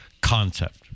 concept